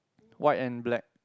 white and black